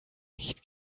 nicht